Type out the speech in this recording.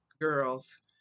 girls